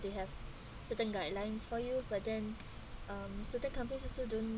they have certain guidelines for you but then um certain companies also don't